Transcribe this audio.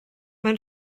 mae